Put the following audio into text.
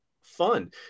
fun